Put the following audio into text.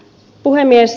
puhemies